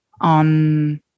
on